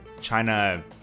china